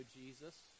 Jesus